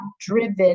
driven